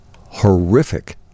horrific